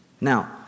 Now